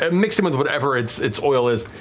and mixed in with whatever its its oil is.